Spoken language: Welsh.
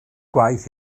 gwaith